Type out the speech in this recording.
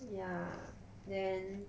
ya then